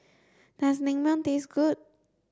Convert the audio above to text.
does Naengmyeon taste good